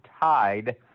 tied